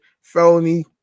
felony